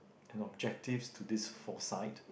and objectives to this foresight